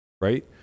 right